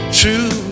true